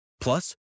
Plus